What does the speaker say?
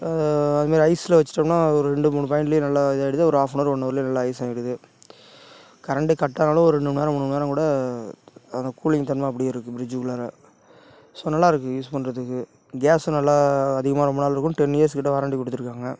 அது மாதிரி ஐஸ்ஸில் வச்சிட்டோம்னா ஒரு ரெண்டு மூணு பாய்ன்ட்ல நல்லா இதாயிடுது ஒரு ஹாஃப்னவர் ஒன்னவர்லையே நல்லா ஐஸ்ஸாயிடுது கரெண்டு கட்டானாலும் ஒரு ரெண்டு மண்நேரம் மூணு மண்நேரம் கூட அந்த கூலிங் தன்மை அப்படியே இருக்கு ப்ரிஜிக்குள்ளார ஸோ நல்லா இருக்கு யூஸ் பண்ணுறதுக்கு கேஸ்ஸும் நல்லா அதிகமாக ரொம்ப நாள் இருக்கும் டென் இயர்ஸ்க்கிட்ட வாரண்ட்டி கொடுத்துருக்காங்க